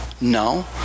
No